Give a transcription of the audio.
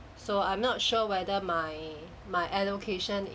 so I'm not sure whether my my allocation